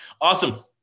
awesome